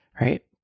right